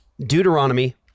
Deuteronomy